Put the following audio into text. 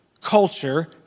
culture